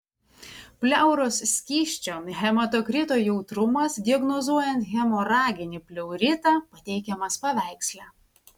pleuros skysčio hematokrito jautrumas diagnozuojant hemoraginį pleuritą pateikiamas paveiksle